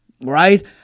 Right